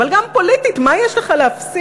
אבל גם פוליטית מה יש לך להפסיד?